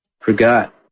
Forgot